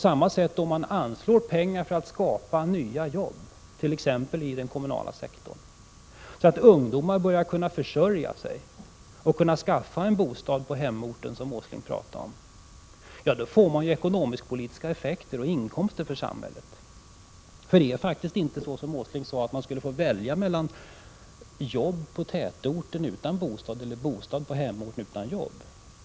Om det anslås pengar för att skapa nya jobb inom t.ex. den kommunala sektorn, så att ungdomar kan försörja sig och skaffa en bostad på hemorten, vilket Nils G. Åsling pratade om, då får det ekonomisk-politiska effekter och medför inkomster för samhället. Det är inte så som Nils G. Åsling sade, att man får välja mellan jobb i tätorten utan bostad och bostad på hemorten utan jobb.